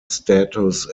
status